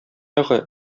ягы